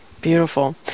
beautiful